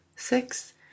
six